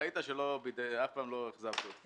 ראית שאף פעם לא אכזבתי אותך.